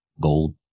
gold